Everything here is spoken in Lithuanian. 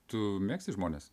tu mėgsti žmones